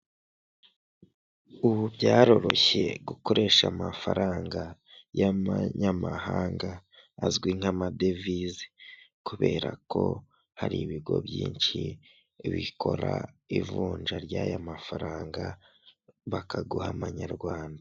Ubu byaroroshye gukoresha amafaranga y'amanyamahanga azwi nk'amadevize, kubera ko hari ibigo byinshi bikora ivunja ry'aya mafaranga bakaguha amanyarwanda.